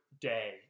day